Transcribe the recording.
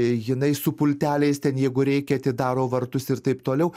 jinai su pulteliais ten jeigu reikia atidaro vartus ir taip toliau